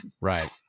Right